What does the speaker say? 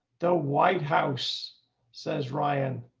the white house says, ryan.